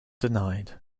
denied